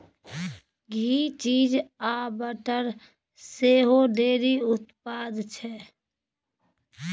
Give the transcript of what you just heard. घी, cheese आ butter सेहो dairy उत्पाद छै